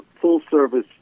full-service